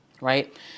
right